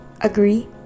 agree